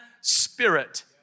Spirit